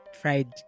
fried